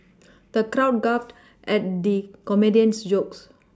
the crowd guffawed at the comedian's jokes